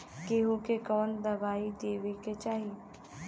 गेहूँ मे कवन दवाई देवे के चाही?